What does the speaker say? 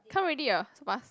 come already ah so fast